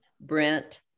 Brent